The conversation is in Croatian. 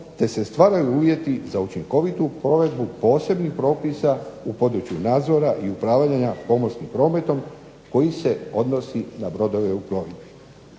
te se stvaraju uvjeti za učinkovitu provedbu posebnih propisa u području nadzora i upravljanja pomorskim prometom koji se odnosi na brodove u plovidbi.